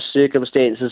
circumstances